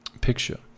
picture